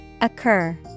Occur